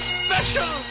special